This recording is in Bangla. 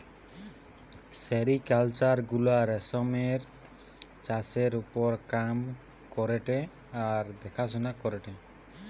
সেরিকালচার গুলা রেশমের চাষের ওপর কাম করেটে আর দেখাশোনা করেটে